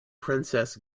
princess